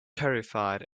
terrified